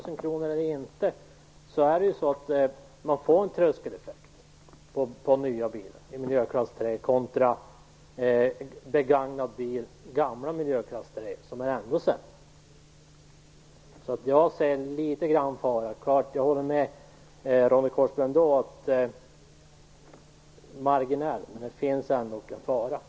Med försäljningsskatten på 2 000 kr blir det en tröskeleffekt för nya bilar i miljöklass 3 kontra begagnade bilar i gamla miljöklass 3, som ju är ändå sämre. Jag ser litet grand en fara här, även om jag håller med Ronny Korsberg om att den är marginell.